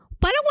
Parang